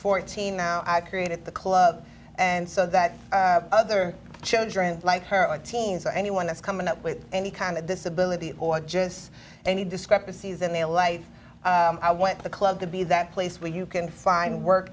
fourteen now i've created the club and so that other children like her teens or anyone that's coming up with any kind of disability or just any discrepancies in their life i want the club to be that place where you can find